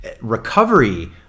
recovery